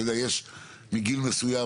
בואו נעשה פה סדר.